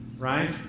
Right